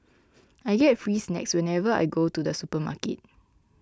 I get free snacks whenever I go to the supermarket